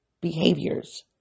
behaviors